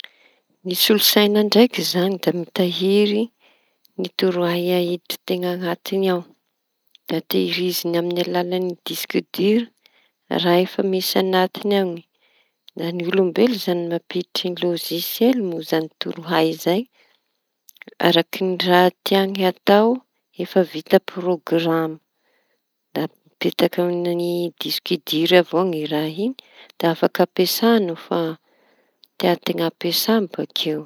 Ny solo saiña ndraiky zañy da mitahiry ny torohay aiditry teña añatiny ao da tehiriziñy aminy alalañy disika dira raha efa misy añatiny ao. Da ny olombelo zañy mampiditry lozisiely zañy moa torohay zay araky ny raha tiañy atao. Efa vita programy da mipetaky amy diskiky dir avao nyraha iñy da afaky ampiasa no tianteña ampiasa bakeo.